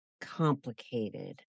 complicated